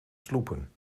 sloepen